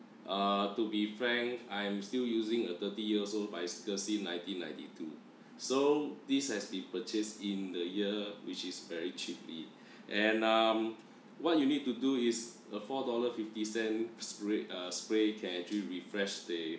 uh to be frank I'm still using a thirty years old bicycle since nineteen ninety-two so this has been purchased in the year which is very cheaply and um what you need to do is a four dollar fifty cent spray uh spray can actually refresh the